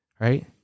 right